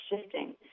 shifting